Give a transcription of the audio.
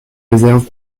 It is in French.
réserve